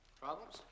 Problems